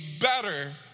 better